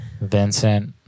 Vincent